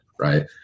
right